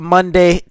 Monday